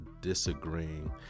disagreeing